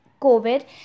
COVID